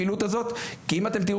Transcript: זיו